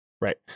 right